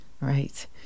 right